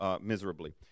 miserably